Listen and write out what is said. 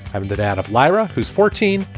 i wanted out of lyra, who's fourteen,